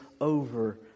over